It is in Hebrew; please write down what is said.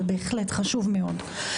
אבל זה בהחלט חשוב מאוד.